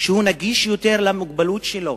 נגיש יותר למוגבלות שלו,